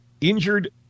injured